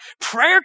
prayer